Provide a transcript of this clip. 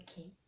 okay